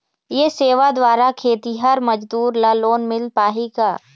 ये सेवा द्वारा खेतीहर मजदूर ला लोन मिल पाही का?